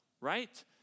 right